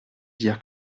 dire